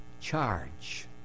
charge